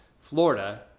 Florida